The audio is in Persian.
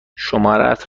شمارهات